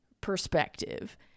perspective